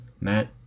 Matt